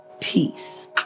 Peace